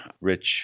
rich